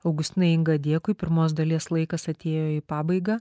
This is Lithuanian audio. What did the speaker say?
augustinai inga dėkui pirmos dalies laikas atėjo į pabaigą